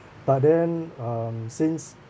but then um since